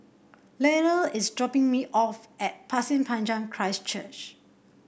Lyle is dropping me off at Pasir Panjang Christ Church